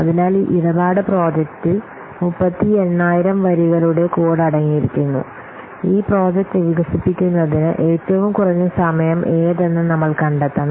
അതിനാൽ ഈ ഇടപാട് പ്രോജക്റ്റിൽ 38000 വരികളുടെ കോഡ് അടങ്ങിയിരിക്കുന്നു ഈ പ്രോജക്റ്റ് വികസിപ്പിക്കുന്നതിന് ഏറ്റവും കുറഞ്ഞ സമയം ഏതെന്ന് നമ്മൾ കണ്ടെത്തണം